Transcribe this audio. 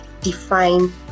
define